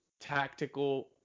tactical